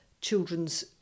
children's